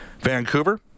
Vancouver